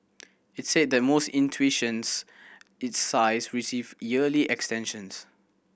it said that most institutions its size receive yearly extensions